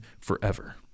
forever